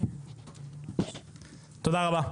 תודה רבה,